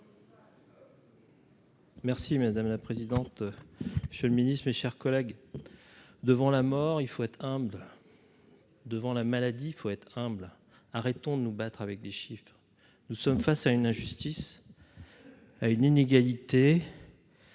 Merci madame la présidente, je le Ministre, mes chers collègues devant la mort, il faut être humble. Devant la maladie, il faut être humble, arrêtons de nous battre avec des chiffres, nous sommes face à une injustice à une inégalité.